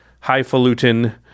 highfalutin